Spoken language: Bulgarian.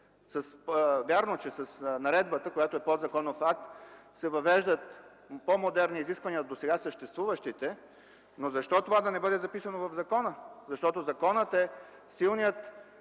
Вярно е, че с наредбата, която е подзаконов акт, се въвеждат по-модерни изисквания от досега съществуващите. Защо това да не бъде записано в закона, защото законът е силният